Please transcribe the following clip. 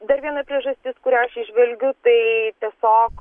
dar viena priežastis kurią aš įžvelgiu tai tiesiog